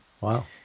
Wow